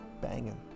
Banging